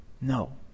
no